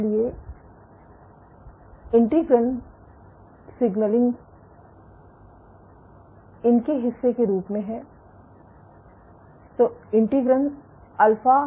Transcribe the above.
इसलिए integrin signalling को नियंत्रित करने की तुलना में विनियमित किया जाता है और जब मैं कहता हूं कि इंटीग्रिन सिग्नलिंग इन के हिस्से के रूप में है